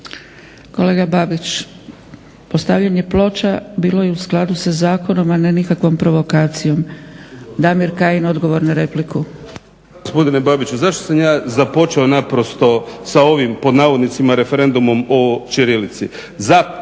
Kolega Babić, postavljanje ploča bilo je u skladu sa zakonom a ne nikakvom provokacijom. Damir Kajin, odgovor na repliku. **Kajin, Damir (Nezavisni)** Gospodine Babiću, zašto sam ja započeo naprosto sa ovim pod navodnicima "referendumom o ćirilici"? Zato